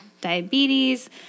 diabetes